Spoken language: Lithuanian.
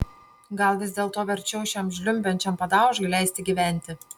gal vis dėlto verčiau šiam žliumbiančiam padaužai leisti gyventi